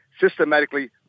systematically